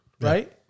Right